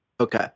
Okay